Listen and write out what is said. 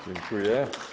Dziękuję.